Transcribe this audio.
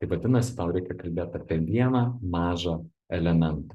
tai vadinasi tau reikia kalbėt apie vieną mažą elementą